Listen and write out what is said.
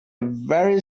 very